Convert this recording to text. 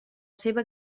seva